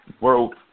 world